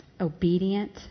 obedient